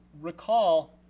recall